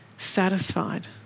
satisfied